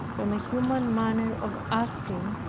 from a human manner of acting,